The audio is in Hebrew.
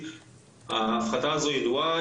ההפחתה הזו ידועה,